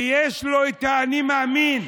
ויש לו "אני מאמין",